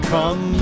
Come